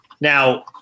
Now